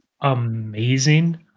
amazing